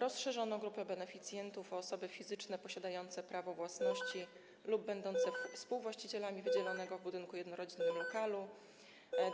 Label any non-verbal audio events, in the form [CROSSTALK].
rozszerzono grupę beneficjentów o osoby fizyczne [NOISE] posiadające prawo własności lub będące współwłaścicielami wydzielonego w budynku jednorodzinnym lokalu,